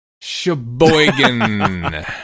Sheboygan